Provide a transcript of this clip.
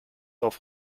auf